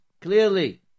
Clearly